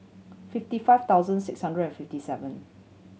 fifty five thousand six hundred and fifty seven